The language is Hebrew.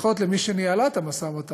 לפחות למי שניהלה את המשא-ומתן,